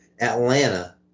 Atlanta